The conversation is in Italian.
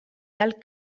dal